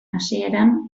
hasieran